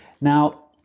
Now